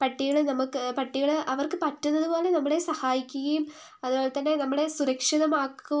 പട്ടികൾ നമുക്ക് പട്ടികൾ അവർക്ക് പറ്റുന്നതുപോലെ നമ്മളെ സഹായിക്കുകയും അതുപോലെത്തന്നെ നമ്മളെ സുരക്ഷിതമാക്കുകയും